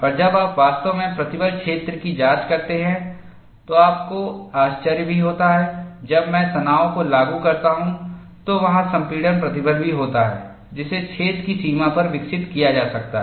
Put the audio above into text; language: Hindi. और जब आप वास्तव में प्रतिबल क्षेत्र की जांच करते हैं तो आपको आश्चर्य भी होता है जब मैं तनाव को लागू करता हूं तो वहाँ संपीड़न प्रतिबल भी होता है जिसे छेद की सीमा पर विकसित किया जा सकता है